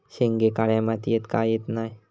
शेंगे काळ्या मातीयेत का येत नाय?